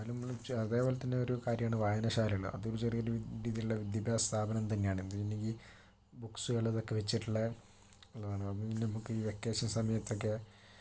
അതേപോലെതന്നെ ഒരു കാര്യമാണ് വായനശാലകൾ അതും ചെറിയൊരു രീതിയിലുള്ള വിദ്യാഭ്യാസ സ്ഥാപനം തന്നെയാണ് ബുക്സുകൾ ഇതൊക്കെ വച്ചിട്ടുള്ളതാണ് അതുകൊണ്ട് നമുക്ക് ഈ വെക്കേഷൻ സമയത്തൊക്കെ